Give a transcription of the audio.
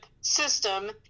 system